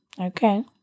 Okay